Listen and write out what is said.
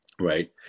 right